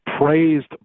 praised